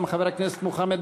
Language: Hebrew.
36 בעד, 50 נגד, אין נמנעים.